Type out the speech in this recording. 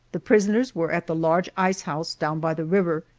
the prisoners were at the large ice house down by the river,